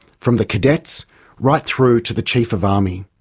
from the cadets right through to the chief of army.